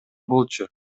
болчу